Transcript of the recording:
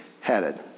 headed